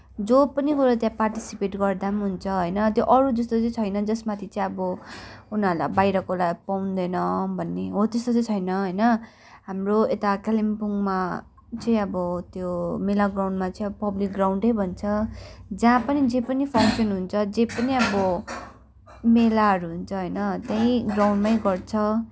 जो पनि गएर त्यहाँ पार्टिसिपेट गर्दा पनि हुन्छ होइन त्यो अरू जस्तो चाहिँ छैन जस माथि चाहिँ अब उनीहरूले बाहिरकोलाई पाउँदैन भन्ने हो त्यस्तो चाहिँ छैन होइन हाम्रो यता कालिम्पोङमा चाहिँ अब त्यो मेला ग्राउन्डमा चाहिँ अब पब्लिक ग्राउन्डमा चाहिँ पब्लिक ग्राउन्डै भन्छ जहाँ पनि जे पनि फङ्सन हुन्छ जे पनि अब मेलाहरू हुन्छ होइन त्यहीँ ग्राउन्डमै गर्छ